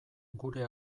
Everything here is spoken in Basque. gure